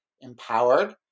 empowered